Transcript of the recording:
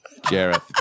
Jareth